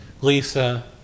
Lisa